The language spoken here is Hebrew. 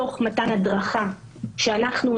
תוך מתן הדרכה שאנחנו,